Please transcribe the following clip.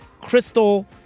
crystal